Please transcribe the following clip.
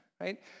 Right